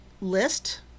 list